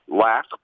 lack